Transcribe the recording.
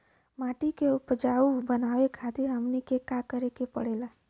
माटी के उपजाऊ बनावे खातिर हमनी के का करें के पढ़ेला?